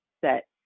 set